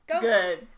Good